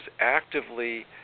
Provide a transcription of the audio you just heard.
actively